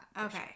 Okay